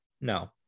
No